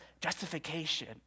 justification